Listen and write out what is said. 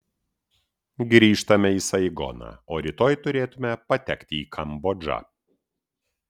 grįžtame į saigoną o rytoj turėtume patekti į kambodžą